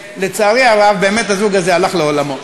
ולצערי הרב, באמת הזוג הזה הלך לעולמו.